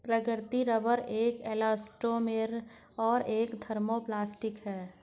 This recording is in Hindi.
प्राकृतिक रबर एक इलास्टोमेर और एक थर्मोप्लास्टिक है